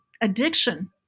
Addiction